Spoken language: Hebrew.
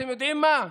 אתם יודעים מה,